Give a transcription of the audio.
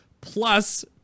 plus